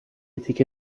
تیکه